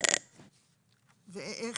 ואיך